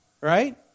Right